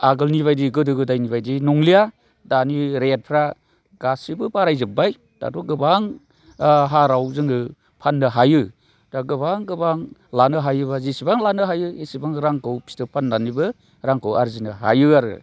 आगोलनि बायदि गोदोनि बायदि नंलिया दानि रेटफ्रा गासिबो बाराय जोबबाय दाथ' गोबां हाराव जोङो फाननो हायो दा गोबां गोबां लानो हायोब्ला जिसिबां लानो हायो इसिबां रांखौ फिथोब फाननानैबो रांखो आरजिनो हायो आरो